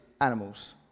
animals